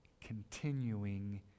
continuing